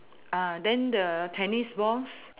uh then the tennis balls